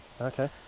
okay